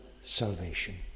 salvation